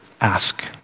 Ask